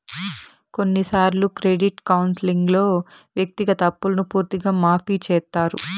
కొన్నిసార్లు క్రెడిట్ కౌన్సిలింగ్లో వ్యక్తిగత అప్పును పూర్తిగా మాఫీ చేత్తారు